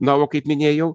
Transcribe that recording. na o kaip minėjau